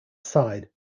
side